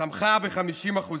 צמחה ב-50%.